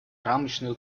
рамочную